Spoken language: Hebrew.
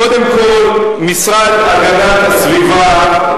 קודם כול, המשרד להגנת הסביבה,